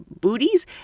booties